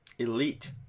Elite